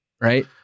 right